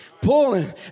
pulling